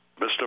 Mr